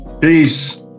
Peace